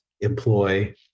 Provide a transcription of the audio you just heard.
employ